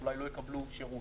שאולי לא יקבלו שירות.